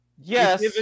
Yes